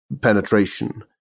penetration